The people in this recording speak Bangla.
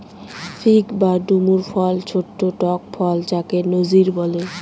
ফিগ বা ডুমুর ফল ছোট্ট টক ফল যাকে নজির বলে